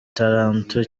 italanto